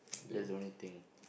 that's the only thing